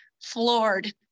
floored